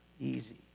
easy